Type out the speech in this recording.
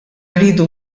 rridu